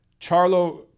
Charlo